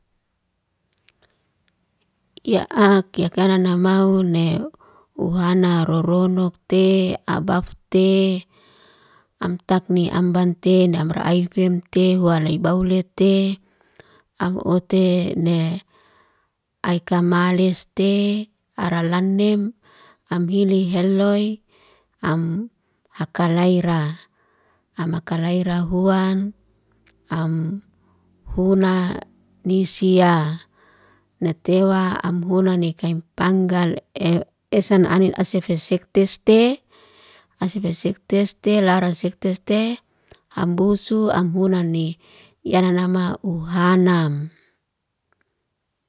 Yaak yakaranamau ne uhana roronukte abafte am takni ambante namra aifemte walebaulete am ote ne aikamaliste ara lanem. Am hili heloy, am hakalayra. Am hakalayra huan, am huna nisiya. Ne tewa amhuna ni kai panggal e esana anin asefesiktiste. Asefesiktiste laras siktiste, ambusu, amhuna ni. Yana namau uhanam.